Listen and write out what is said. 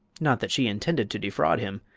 not that she intended to defraud him,